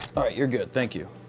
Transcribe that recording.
all right, you're good. thank you.